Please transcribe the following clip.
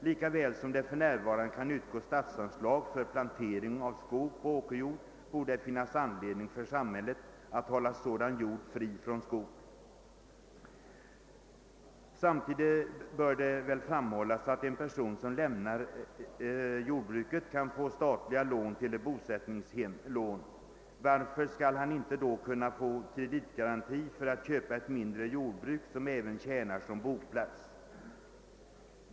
Lika väl som det för närvarande kan utgå statsanslag för plantering av skog på åkerjord borde samhället kunna hålla sådan jord fri från skog. Samtidigt bör framhållas att en person som lämnar jordbruket kan få statligt bosättningslån. Varför skall han då inte kunna få kreditgaranti för att köpa ett mindre jordbruk, som även tjänar som boplats?